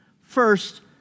First